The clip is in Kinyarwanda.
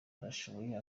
arashoboye